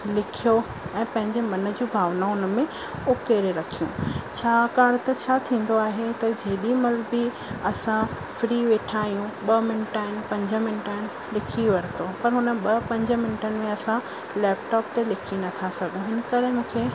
लिखियो ऐं पंहिंजे मन जूं भावनाऊं हुन में ओकेरे रखियूं छाकाणि त छा थींदो आहे त जेॾी महिल बि असां फ्री वेठा आहियूं ॿ मिंट आहिनि पंज मिंट आहिनि लिखी वरितो पर हुन ॿ पंज मिंटनि में असां लैपटॉप ते लिखी नथा सघूं हिन करे मूंखे